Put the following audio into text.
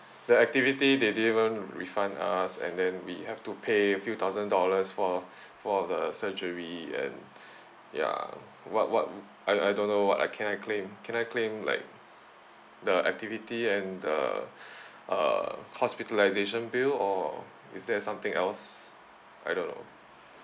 the activity they didn't even refund us and then we have to pay a few thousand dollars for for the surgery and ya what what wo~ I I don't know what I can I claim can I claim like the activity and the uh hospitalisation bill or is there something else I don't know